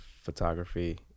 photography